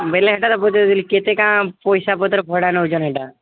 ବୋଇଲେ ହେଟାର ବୁଝୁଥିଲି କେତେ କାଁ ପଇସା ପତର ଭଡ଼ା ନେଉଛନ୍ ଏଟା